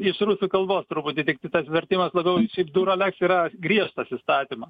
iš rusų kalbos truputį tik kitas vertimas labiau dura leks yra griežtas įstatymas